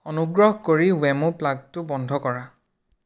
অনুগ্ৰহ কৰি WeMo প্লাগটো বন্ধ কৰা